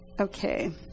okay